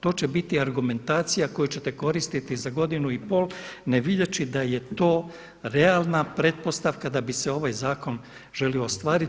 To će biti argumentacija koju ćete koristiti za godinu i pol nevidjeći da je to realna pretpostavka da bi se ovaj zakon želio ostvariti.